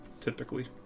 Typically